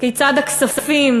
כיצד הכספים,